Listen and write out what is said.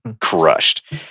crushed